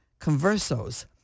conversos